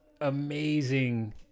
amazing